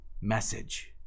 message